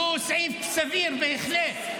שהוא סעיף סביר בהחלט,